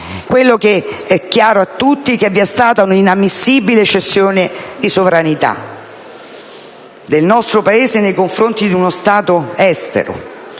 Quello che è chiaro a tutti, è che vi è stata una inammissibile cessione di sovranità del nostro Paese nei confronti di uno Stato estero.